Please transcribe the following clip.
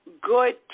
good